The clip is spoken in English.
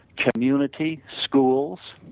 community, schools,